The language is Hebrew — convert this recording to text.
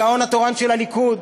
הגאון התורן של הליכוד,